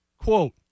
quote